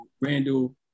Randall